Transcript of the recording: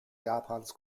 japans